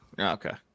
Okay